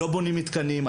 לא בונים מתקנים,